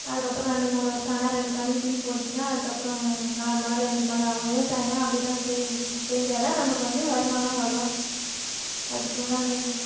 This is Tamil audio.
அதுக்கு அப்புறம் ரெண்டு மூணு வருஷம் ஆனால் ரெண்டு கன்னுக்குட்டி போட்டுச்சின்னா அதுக்கப்புறம் நாலு மாடு அஞ்சு மாடு ஆகும் விவசாயன்னா அப்படி தான் செய்யணும் செஞ்சா தான் நமக்கு வந்து வருமானம் வரும் அதுக்கு உண்டானது